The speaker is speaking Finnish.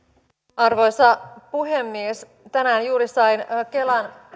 arvoisa puhemies tänään juuri sain kelan